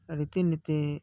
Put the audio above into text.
ରୀତିନୀତି